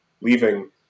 leaving